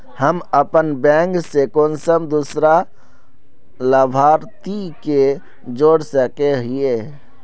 हम अपन बैंक से कुंसम दूसरा लाभारती के जोड़ सके हिय?